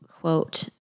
quote